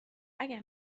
اگر